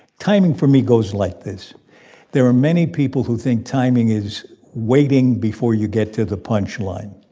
timing, for me, goes like this there are many people who think timing is waiting before you get to the punchline.